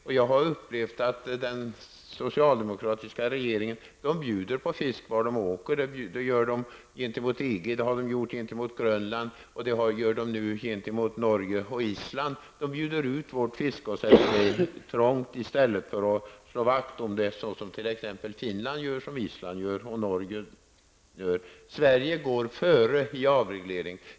Och jag har upplevt att den socialdemokratiska regeringen bjuder på fisket när den är ute och reser. Det gör den t.ex. gentemot EG, och det har den gjort gentemot Grönland, och det gör den nu gentemot Norge och Island. Regeringen bjuder ut vårt fiske i stället för att slå vakt om det på det sätt som man gör t.ex. i Finland, på Island och i Norge. Sverige går före när det gäller avreglering.